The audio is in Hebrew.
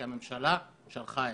כי הממשלה שלחה אותם.